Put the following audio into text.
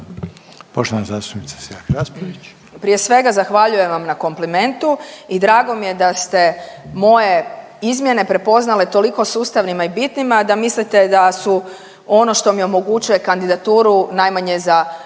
Raspudić, Marija (Nezavisni)** Prije svega zahvaljujem vam na komplimentu i drago mi je da ste moje izmjene prepoznali toliko sustavnima i bitnima da mislite da su ono što mi omogućuje kandidaturu najmanje za